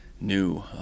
new